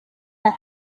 had